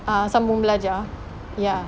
uh sambung belajar ya